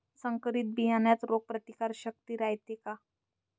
संकरित बियान्यात रोग प्रतिकारशक्ती रायते का?